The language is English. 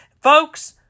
Folks